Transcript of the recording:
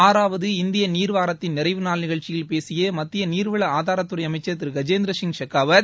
ஆறாவது இந்திய நீர் வாரத்தின் நிறைவு நாள் நிகழ்ச்சியில் பேசிய மத்திய நீர்வள ஆதாரத்துறை அமைச்சர் திரு கஜேந்திர சிங் ஷெகாவத்